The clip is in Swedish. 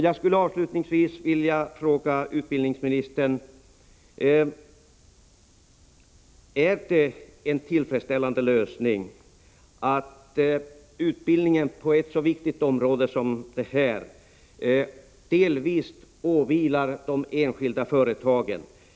Jag skulle avslutningsvis vilja fråga utbildningsministern: Är det en tillfredsställande lösning att utbildningen på ett så viktigt område som det här gäller delvis åvilar de enskilda företagen?